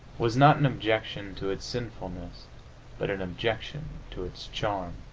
was not an objection to its sinfulness but an objection to its charm.